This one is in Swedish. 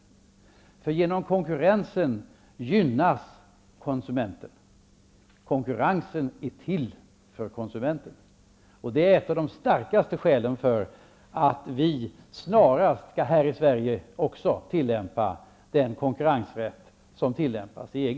Genom konkurrensen gynnas konsumenten. Konkurrensen är till för konsumenten. Det är ett av de starkaste skälen för att vi här i Sverige snarast skall tillämpa den konkurrensrätt som tillämpas i EG.